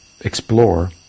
explore